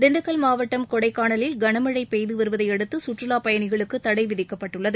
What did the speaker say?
திண்டுக்கல் மாவட்டம் கொடைக்கானலில் களமளழ பெய்து வருவதையடுத்து சுற்றுலாப் பயணிகளுக்கு தடை விதிக்கப்பட்டுள்ளது